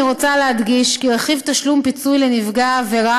אני רוצה להדגיש כי רכיב תשלום הפיצוי לנפגע העבירה